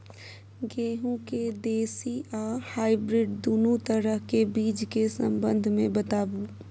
गेहूँ के देसी आ हाइब्रिड दुनू तरह के बीज के संबंध मे बताबू?